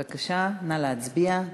בבקשה, נא להצביע.